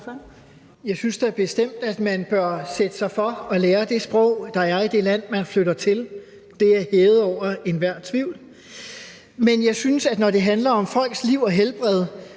bestemt, at man bør sætte sig for at lære det sprog, der er i det land, man flytter til. Det er hævet over enhver tvivl. Men jeg synes, at når det handler om folks liv og helbred,